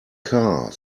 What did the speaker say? car